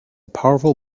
powerful